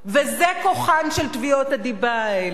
וזה כוחן של תביעות הדיבה האלה.